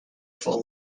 full